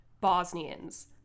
Bosnians